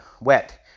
wet